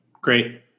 Great